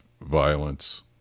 violence